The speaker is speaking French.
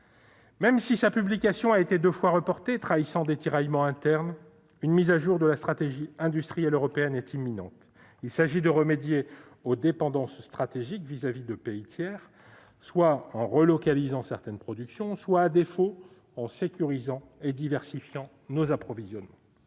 Même si sa publication a été deux fois reportée, trahissant des tiraillements internes, une mise à jour de la stratégie industrielle européenne est imminente : il s'agit de remédier aux dépendances stratégiques à l'égard de pays tiers, soit en relocalisant certaines productions, soit, à défaut, en sécurisant et diversifiant nos approvisionnements.